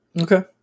okay